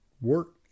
work